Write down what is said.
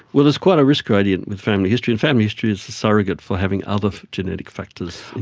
well, there's quite a risk gradient with family history, and family history is a surrogate for having other genetic factors